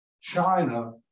China